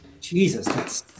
Jesus